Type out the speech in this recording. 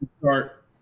start